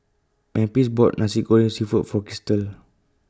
Memphis bought Nasi Goreng Seafood For Krystle